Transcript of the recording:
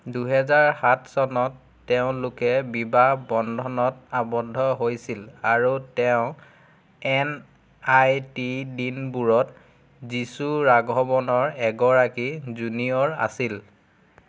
দুহেজাৰ সাত চনত তেওঁলোকে বিবাহ বন্ধনত আৱদ্ধ হৈছিল আৰু তেওঁ এন আই টি দিনবোৰত যীচু ৰাঘৱনৰ এগৰাকী জুনিয়ৰ আছিল